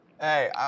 Hey